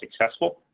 successful